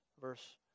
verse